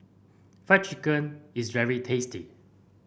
Fried Chicken is very tasty